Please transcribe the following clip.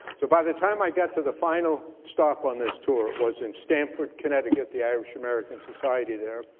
so by the time i got to the final stop on this tour, it was in stanford, connecticut, the irish american society there.